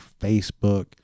Facebook